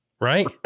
right